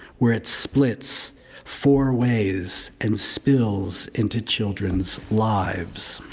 where it splits four ways, and spills into children's lives.